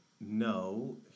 no